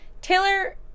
Taylor